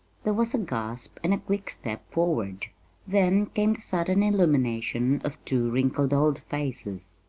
there was a gasp and a quick step forward then came the sudden illumination of two wrinkled old faces.